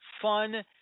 fun